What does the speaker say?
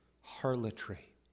harlotry